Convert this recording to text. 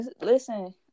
Listen